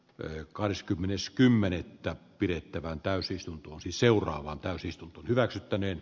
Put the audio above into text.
l kahdeskymmenes kymmenettä pidettävään täysistuntoon seuraava täysistunto hyväksyttäneen